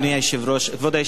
חברי חברי הכנסת,